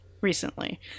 recently